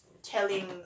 Telling